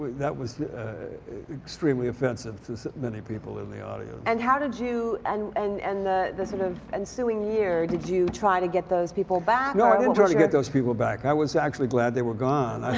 that was extremely offensive to many people in the audience. and how did you and and and the the sort of ensuing year did you try to get those people back? no i didn't try to get those people back. i was actually glad they were gone.